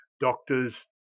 doctors